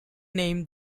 named